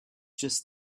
just